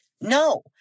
No